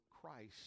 Christ